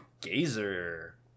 gazer